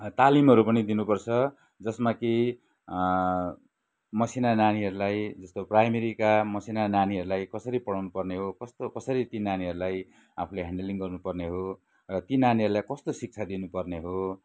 तालिमहरू पनि दिनुपर्छ जसमा कि मसिना नानीहरूलाई जस्तो प्राइमेरीका मसिना नानीहरूलाई कसरी पढउनु पर्ने हो कस्तो कसरी ती नानीहरूलाई आफूले ह्यान्डलिङ गर्नु पर्ने हो र ती नानीहरूलाई कस्तो शिक्षा दिनुपर्ने हो